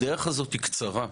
הדרך הזו היא קצרה,